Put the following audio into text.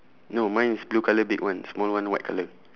no mine is blue colour big one small one white colour